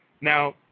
Now